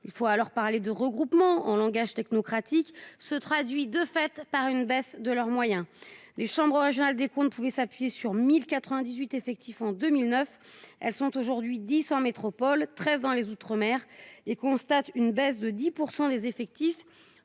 Il faut alors parler de regroupement en langage technocratique se traduit de fait par une baisse de leurs moyens. Les chambres régionales des comptes pouvait s'appuyer sur 1098 effectif en 2009. Elles sont aujourd'hui 10 en métropole, 13 dans les Outre-mer et constate une baisse de 10% des effectifs